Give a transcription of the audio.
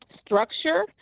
structure